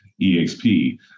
eXp